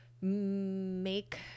make